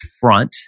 front